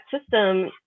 system